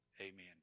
Amen